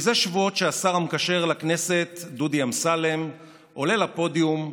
זה שבועות שהשר המקשר לכנסת דודי אמסלם עולה לפודיום,